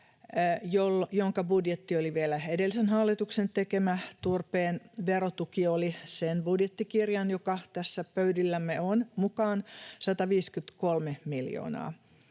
jonka budjetti oli vielä edellisen hallituksen tekemä, turpeen verotuki oli sen budjettikirjan mukaan, joka tässä pöydillämme on, 153 miljoonaa.